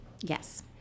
Yes